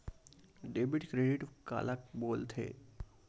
Debit credit काला बोल थे?